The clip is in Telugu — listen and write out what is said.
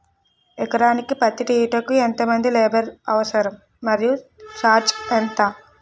ఎకరానికి పత్తి తీయుటకు ఎంత మంది లేబర్ అవసరం? మరియు ఛార్జ్ ఎంత?